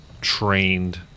trained